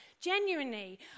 Genuinely